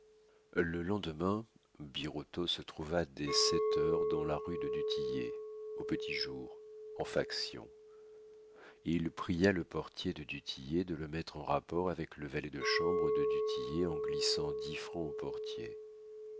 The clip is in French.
le lendemain birotteau se trouva dès sept heures dans la rue de du tillet au petit jour en faction il pria le portier de du tillet de le mettre en rapport avec le valet de chambre de du tillet en glissant dix francs au portier